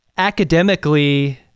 academically